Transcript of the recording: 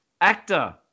actor